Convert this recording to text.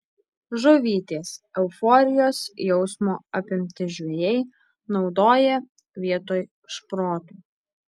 žuvytės euforijos jausmo apimti žvejai naudoja vietoj šprotų